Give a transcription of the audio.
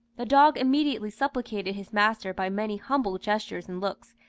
the dog immediately supplicated his master by many humble gestures and looks,